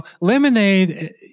Lemonade